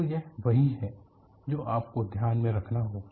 तो यह वही है जो आपको ध्यान में रखना होगा